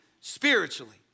spiritually